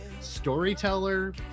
storyteller